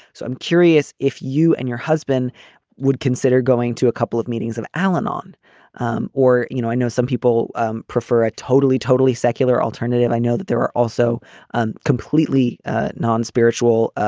so i'm curious if you and your husband would consider going to a couple of meetings of al-anon um or you know, i know some people um prefer a totally, totally secular alternative. i know that there are also and completely ah non-spiritual